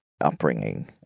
upbringing